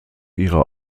ihrer